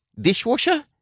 Dishwasher